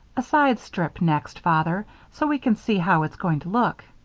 a side strip next, father, so we can see how it's going to look,